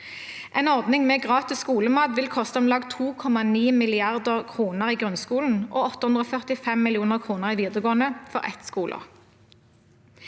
En ordning med gratis skolemat vil koste om lag 2,9 mrd. kr i grunnskolen og 845 mill. kr i videregående for ett skoleår.